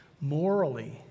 morally